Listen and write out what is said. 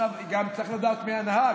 צריך גם לדעת מי הנהג.